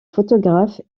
photographe